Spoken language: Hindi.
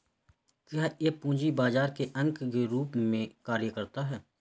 क्या यह पूंजी बाजार के अंग के रूप में कार्य करता है?